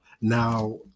Now